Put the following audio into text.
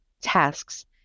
tasks